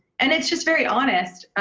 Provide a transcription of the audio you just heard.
and it's just very honest.